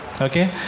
okay